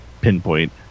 pinpoint